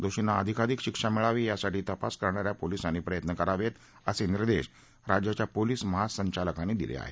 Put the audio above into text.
दोर्षींना अधिकाधिक शिक्षा मिळावी यासाठी तपास करणाऱ्या पोलिसांनी प्रयत्न करावेत असे निर्देश राज्याच्या पोलीस महासंचालकांनी दिल्या आहेत